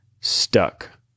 stuck